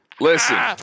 Listen